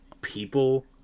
people